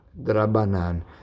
drabanan